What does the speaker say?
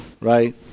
right